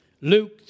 Luke